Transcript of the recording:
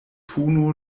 puno